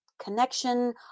connection